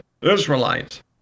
Israelites